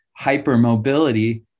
hypermobility